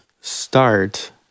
start